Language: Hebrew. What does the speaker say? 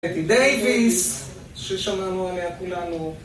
בטי דיוויס, ששמענו עליה כולנו